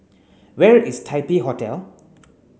where is Taipei Hotel